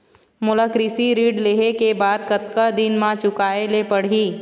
मोला कृषि ऋण लेहे के बाद कतका दिन मा चुकाए ले पड़ही?